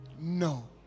no